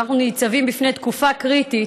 אנחנו ניצבים בפני תקופה קריטית.